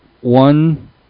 one